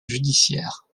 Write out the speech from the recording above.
judiciaires